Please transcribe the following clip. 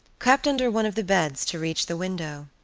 crept under one of the beds to reach the window